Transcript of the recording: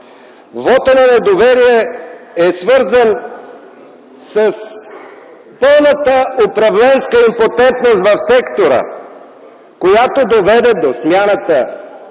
Вотът на недоверие е свързан с пълната управленска импотентност в сектора, която доведе до смяната